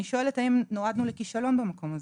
אני שואלת: האם נועדנו לכישלון במקום הזה?